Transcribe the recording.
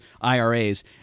IRAs